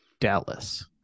dallas